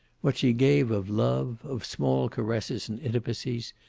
what she gave of love, of small caresses and intimacies,